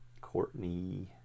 Courtney